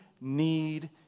need